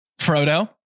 Frodo